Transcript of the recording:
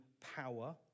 power